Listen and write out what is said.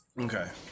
Okay